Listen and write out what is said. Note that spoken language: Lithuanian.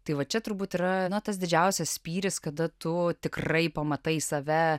tai va čia turbūt yra tas didžiausias spyris kada tu tikrai pamatai save